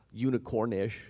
unicornish